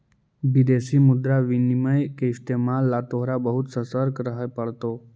विदेशी मुद्रा विनिमय के इस्तेमाल ला तोहरा बहुत ससतर्क रहे पड़तो